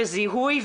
וזיהוי,